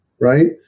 right